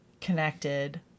connected